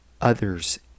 others